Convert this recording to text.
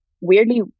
weirdly